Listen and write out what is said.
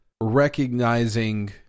recognizing